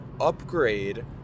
upgrade